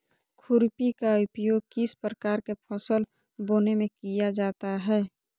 खुरपी का उपयोग किस प्रकार के फसल बोने में किया जाता है?